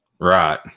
right